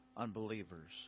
Unbelievers